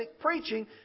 preaching